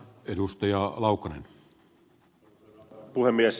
arvoisa herra puhemies